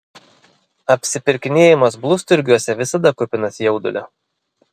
apsipirkinėjimas blusturgiuose visada kupinas jaudulio